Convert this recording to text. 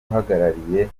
uhagarariye